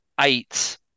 eight